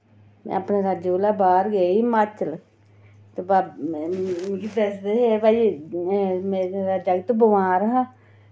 में अपने राज्य कोला बाह्र गेई हिमाचल ते मिगी दसदे हे कि भई मेरा जागत बमार हा